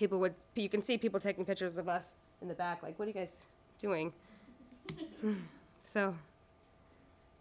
people would be you can see people taking pictures of us in the back like what you guys doing so